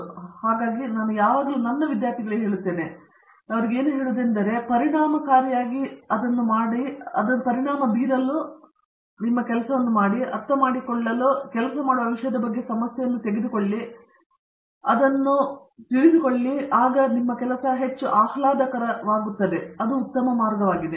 ಆದ್ದರಿಂದ ನಾನು ಯಾವಾಗಲೂ ನನ್ನ ವಿದ್ಯಾರ್ಥಿಗಳಿಗೆ ಹೇಳುತ್ತೇನೆ ಮತ್ತು ನಾನು ಅವರಿಗೆ ಹೇಳುವುದೇನೆಂದರೆ ಕೆಲವು ರೀತಿಯಲ್ಲಿ ಪರಿಣಾಮ ಬೀರಲು ಮತ್ತು ಅದನ್ನು ಅರ್ಥಮಾಡಿಕೊಳ್ಳಲು ಕೆಲಸ ಮಾಡುವ ವಿಷಯದ ಬಗ್ಗೆ ಸಮಸ್ಯೆಯನ್ನು ತೆಗೆದುಕೊಳ್ಳಿ ಮತ್ತು ನಾನು ಅದನ್ನು ಹೆಚ್ಚು ಆಹ್ಲಾದಕರಗೊಳಿಸುತ್ತೇನೆ ಮತ್ತು ಅದು ಉತ್ತಮ ಮಾರ್ಗವಾಗಿದೆ